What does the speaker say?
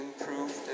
improve